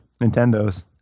Nintendos